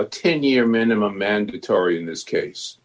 a ten year minimum mandatory in this case